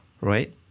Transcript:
right